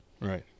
Right